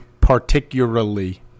Particularly